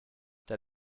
der